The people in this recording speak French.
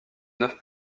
neuf